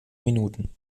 minuten